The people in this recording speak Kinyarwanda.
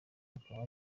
bikaba